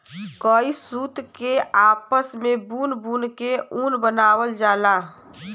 कई सूत के आपस मे बुन बुन के ऊन बनावल जाला